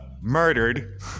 murdered